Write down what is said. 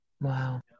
Wow